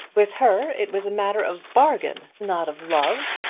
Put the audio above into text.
with her it was a matter of bargain, not of love.